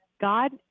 God